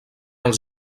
els